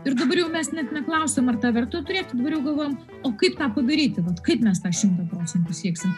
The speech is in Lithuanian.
ir dabar jau mes net neklausiam ar tą verta turėti dabar jau galvojam o kaip tą padaryti kaip mes tą šimtą procentų sieksim